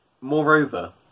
Moreover